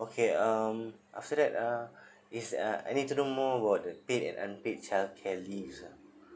okay um after that uh is uh I need to know more about the paid and unpaid childcare leave